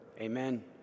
Amen